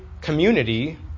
community